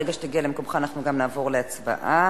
ברגע שתגיע למקומך אנחנו נעבור להצבעה,